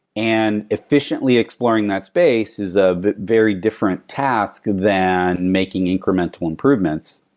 and efficiently exploring that space is a very different task than making incremental improvements.